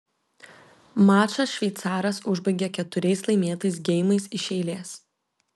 mačą šveicaras užbaigė keturiais laimėtais geimais iš eilės